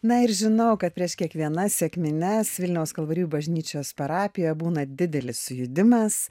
na ir žinau kad prieš kiekvienas sekmines vilniaus kalvarijų bažnyčios parapijoj būna didelis sujudimas